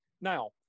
Now